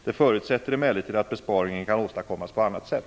Det förutsätter emellertid att besparingen kan åstadkommas på annat sätt.